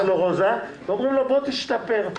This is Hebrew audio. אומרים לו בוא תשתפר.